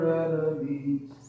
enemies